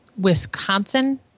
Wisconsin